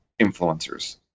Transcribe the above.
influencers